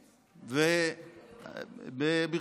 ברצינות.